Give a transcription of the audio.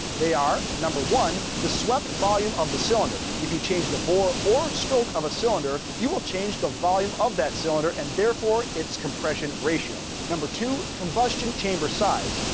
they are, number one, the swept volume of the cylinder. if you change the bore or stroke of a cylinder you will change the volume of that cylinder, and therefore it's compression ratio. number two, combustion chamber size.